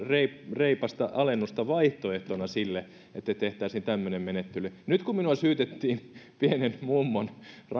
reipasta alennusta vaihtoehtona sille että tehtäisiin tämmöinen menettely nyt kun minua syytettiin pienen mummon